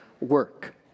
work